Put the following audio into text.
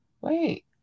Wait